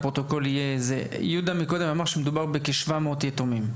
יהודה מקודם אמר שמדובר בכ-700 יתומים.